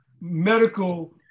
medical